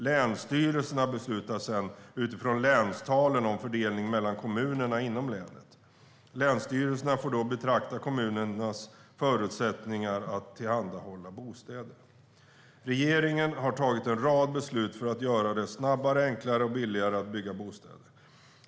Länsstyrelserna beslutar sedan utifrån länstalen om fördelningen mellan kommunerna inom länet. Länsstyrelserna får då beakta kommunernas förutsättningar att tillhandahålla bostäder. Regeringen har tagit en rad beslut för att göra det snabbare, enklare och billigare att bygga bostäder.